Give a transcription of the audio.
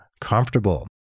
comfortable